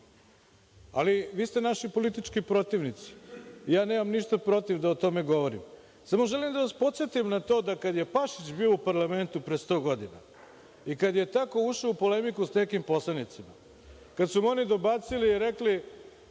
Ali, vi ste naši politički protivnici. Nemam ništa protiv da o tome govorim. Samo želim da vas podsetim na to kad je Pašić bio u parlamentu pre 100 godina i kada je tako ušao u polemiku sa takvim poslanicima, kad su mu oni dobacili i rekli